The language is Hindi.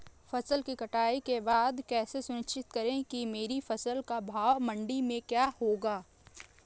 फसल की कटाई के बाद कैसे सुनिश्चित करें कि मेरी फसल का भाव मंडी में क्या होगा?